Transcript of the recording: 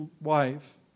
wife